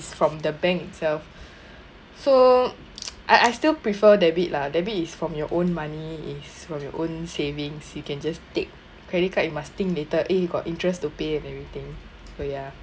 from the bank itself so I I still prefer debit lah debit is from your own money is from your own savings you can just take credit card you must think later eh got interest to pay and everything so ya